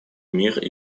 мир